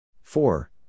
four